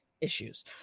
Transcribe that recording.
Issues